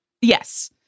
Yes